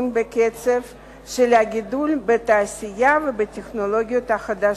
בקצב של הגידול בתעשייה ובטכנולוגיות החדשות.